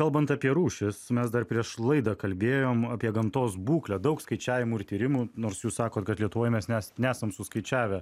kalbant apie rūšis mes dar prieš laidą kalbėjom apie gamtos būklę daug skaičiavimų ir tyrimų nors jūs sakot kad lietuvoj mes nes nesam suskaičiavę